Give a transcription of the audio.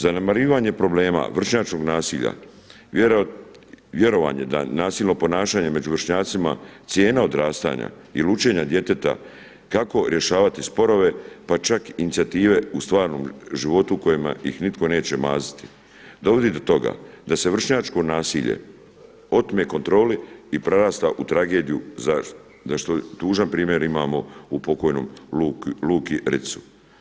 Zanemarivanje problema vršnjačkog nasilja, vjerovanje da nasilno ponašanje među vršnjacima, cijena odrastanja ili učenja djeteta kako rješavati sporove, pa čak i inicijative u stvarnom životu u kojima ih nitko neće maziti dovodi do toga da se vršnjačko nasilje otme kontroli i prerasta u tragediju za što tužan primjer imamo u pokojnom Luki Ritzu.